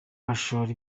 bashora